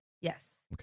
Yes